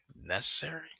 necessary